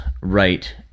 right